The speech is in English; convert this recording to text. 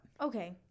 okay